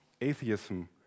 Atheism